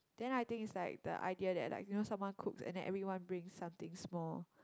then I think is like the idea that like you know someone cooks and then everyone bring something small